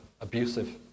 abusive